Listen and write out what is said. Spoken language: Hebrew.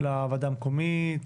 לוועדה המקומית?